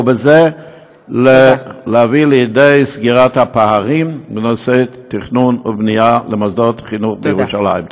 ובזה להביא לסגירת הפערים בנושא תכנון ובנייה למוסדות חינוך בירושלים.